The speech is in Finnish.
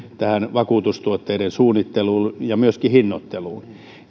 vakuutustuotteiden suunnitteluun ja myöskin hinnoitteluun